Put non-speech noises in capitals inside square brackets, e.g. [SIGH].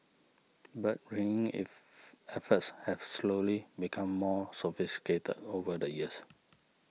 bird ringing if [UNINTELLIGIBLE] efforts have slowly become more sophisticated over the years